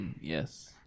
Yes